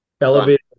Elevated